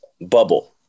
bubble